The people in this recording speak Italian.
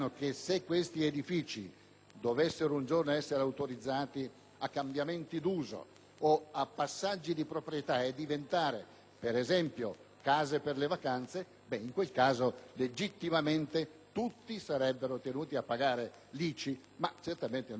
dovessero essere autorizzati a cambiamenti d'uso o passaggi di proprietà, per diventare per esempio case per le vacanze, in quel caso legittimamente tutti sarebbero tenuti a pagare l'ICI, ma certamente non il proprietario originario.